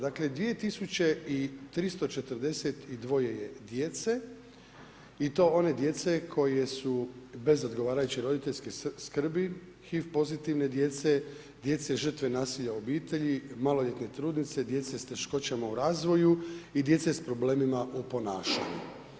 Dakle 2342 je djece i to one djece koje su bez odgovarajuće roditeljske skrbi, HIV pozitivne djece, djece žrtve nasilja u obitelji, maloljetne trudnice, djece sa teškoćama u razvoju i djece s problemima u ponašanju.